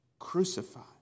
crucified